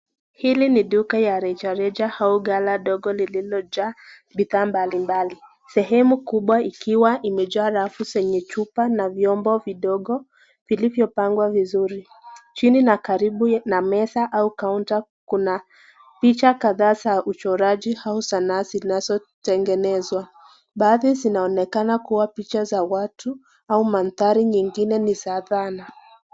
Hili ni duka ya reja reja au gala dogo lililojaa bidhaa mbalimbali, sehemu kubwa ikiwa imejaa rafu zenye chupa na vyombo vidogo vilivyopangwa vzuri. Chini na karibu na meza au kaunta kuna picha za uchoraji au sanaa zinazotengenezwa, baadhi zinaonekana kuwa picha za watu au mandhari zingine ni za dhana.